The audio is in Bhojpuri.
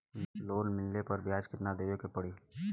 लोन मिलले पर ब्याज कितनादेवे के पड़ी?